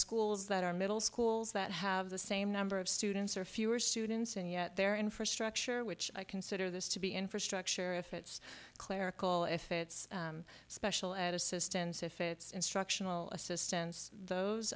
schools that are middle schools that have the same number of students or fewer students and yet their infrastructure which i consider this to be infrastructure if it's clerical if it's special ed assistance if it's instructional assistance those